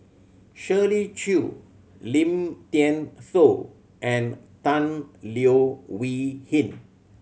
Shirley Chew Lim Thean Soo and Tan Leo Wee Hin